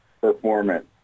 performance